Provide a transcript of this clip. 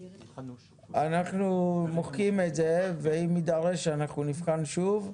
אנחנו מוחקים את זה ואם יידרש אנחנו נבחן שוב.